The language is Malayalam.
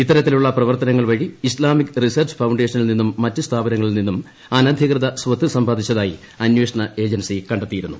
ഇത്തരത്തിലുള്ള പ്രവർത്തനങ്ങൾ വഴി ഇസ്ലാമിക് റിസർച്ച് ഫൌണ്ടേഷനിൽ നിന്നും മറ്റ് സ്ഥാപനങ്ങളിൽ നിന്നും അനധികൃത സ്വത്ത് സമ്പാദിച്ചതായി അന്വേഷണ ഏജൻസി കണ്ടെത്തിയിരുന്നു